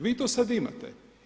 Vi to sad imate.